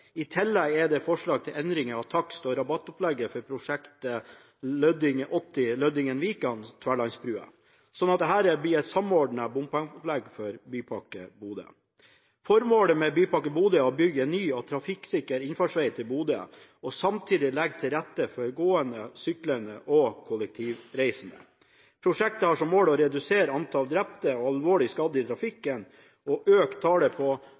I tillegg er det forslag til endringer av takst- og rabattopplegget for prosjektet rv. 80 Løding–Vikan, Tverlandsbrua, slik at dette blir samordnet med bompengeopplegget for Bypakke Bodø. Formålet med Bypakke Bodø er å bygge en ny og trafikksikker innfartsveg til Bodø og samtidig legge til rette for gående, syklende og kollektivreisende. Prosjektet har som mål å redusere antall drepte og alvorlig skadde i trafikken og øke tallet på